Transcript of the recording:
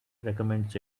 recommends